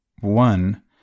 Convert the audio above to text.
one